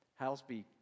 Halsby